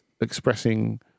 expressing